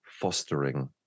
fostering